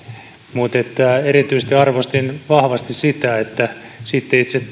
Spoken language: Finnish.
mutta erityisesti arvostin vahvasti sitä että sitten itse